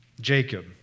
Jacob